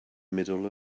middle